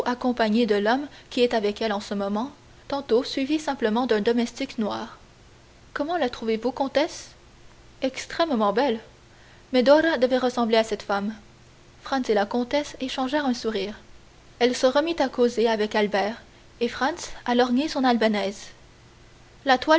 accompagnée de l'homme qui est avec elle en ce moment tantôt suivie simplement d'un domestique noir comment la trouvez-vous comtesse extrêmement belle medora devait ressembler à cette femme franz et la comtesse échangèrent un sourire elle se remit à causer avec albert et franz à lorgner son albanaise la